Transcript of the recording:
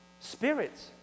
spirits